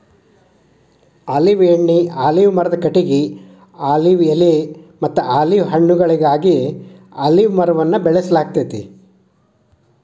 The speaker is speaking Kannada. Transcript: ಆಲಿವ್ ಎಣ್ಣಿ, ಆಲಿವ್ ಮರದ ಕಟಗಿ, ಆಲಿವ್ ಎಲೆಮತ್ತ ಆಲಿವ್ ಹಣ್ಣುಗಳಿಗಾಗಿ ಅಲಿವ್ ಮರವನ್ನ ಬೆಳಸಲಾಗ್ತೇತಿ